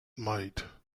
might